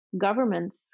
Governments